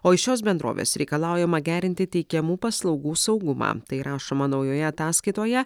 o iš šios bendrovės reikalaujama gerinti teikiamų paslaugų saugumą tai rašoma naujoje ataskaitoje